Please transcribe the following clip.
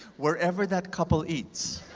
wherever that couple eats,